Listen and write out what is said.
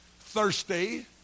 thirsty